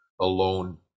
alone